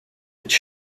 its